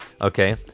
okay